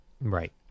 Right